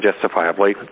justifiably